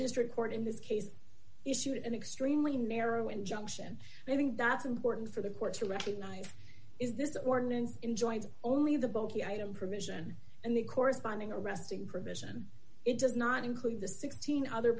district court in this case issued an extremely narrow injunction and i think that's important for the courts to recognize is this ordinance enjoined only the bulky item provision and the corresponding arresting provision it does not include the sixteen other